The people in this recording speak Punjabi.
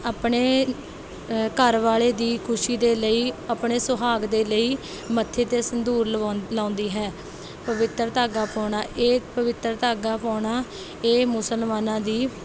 ਆਪਣੇ ਘਰਵਾਲੇ ਦੀ ਖੁਸ਼ੀ ਦੇ ਲਈ ਆਪਣੇ ਸੁਹਾਗ ਦੇ ਲਈ ਮੱਥੇ 'ਤੇ ਸੰਦੂਰ ਲਵਾਉਂ ਲਾਉਂਦੀ ਹੈ ਪਵਿੱਤਰ ਧਾਗਾ ਪਾਉਣਾ ਇਹ ਪਵਿੱਤਰ ਧਾਗਾ ਪਾਉਣਾ ਇਹ ਮੁਸਲਮਾਨਾਂ ਦੀ